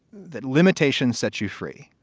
that limitation set you free.